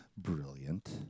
Brilliant